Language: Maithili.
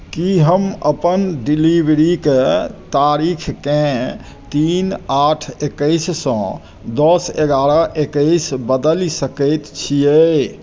की हम अपन डिलीवरीके तारीखकेँ तीन आठ एकैससँ दस एगारह एकैस बदलि सकैत छियै